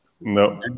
No